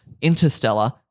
interstellar